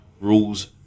rules